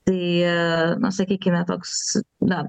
ai na sakykime toks na